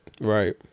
right